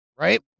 Right